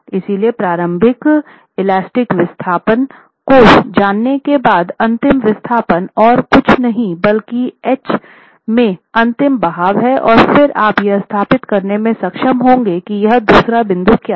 इसलिए प्रारंभिक इलास्टिक विस्थापन को जानने के बाद अंतिम विस्थापन और कुछ नहीं बल्कि एच में अंतिम बहाव है और फिर आप यह स्थापित करने में सक्षम होंगे कि यह दूसरा बिंदु क्या है